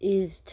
yeast